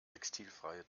textilfreie